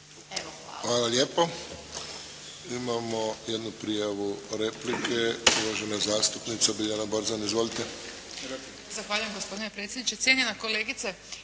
Hvala lijepo. Imamo jednu prijavu replike, uvažena zastupnica Biljana Borzan. Izvolite. **Borzan, Biljana (SDP)** Zahvaljujem gospodine predsjedniče. Cijenjena kolegice,